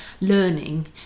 learning